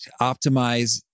optimize